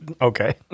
Okay